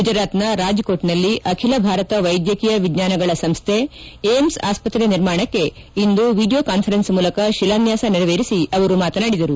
ಗುಜರಾತ್ನ ರಾಜ್ಕೋಟ್ನಲ್ಲಿ ಅಖಿಲ ಭಾರತ ವೈದ್ಯಕೀಯ ವಿಜ್ಞಾನಗಳ ಸಂಸ್ತೆ ಏಮ್ಸ್ ಆಸ್ಪತ್ರೆ ನಿರ್ಮಾಣಕ್ಕೆ ಇಂದು ವಿಡಿಯೋ ಕಾನ್ವೆರೆನ್ ಮೂಲಕ ಶಿಲಾನ್ಲಾಸ ನೆರವೇರಿಸಿ ಅವರು ಮಾತನಾಡಿದರು